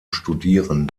studieren